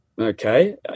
okay